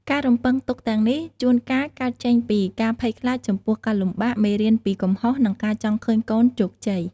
ការរំពឹងទុកទាំងនេះជួនកាលកើតចេញពី ការភ័យខ្លាចចំពោះការលំបាក មេរៀនពីកំហុស និងការចង់ឃើញកូនជោគជ័យ។